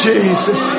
Jesus